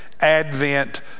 advent